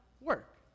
work